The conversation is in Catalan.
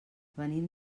venim